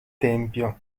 tempio